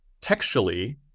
textually